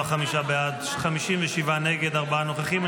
45 בעד, 57 נגד, ארבעה נוכחים.